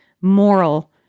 moral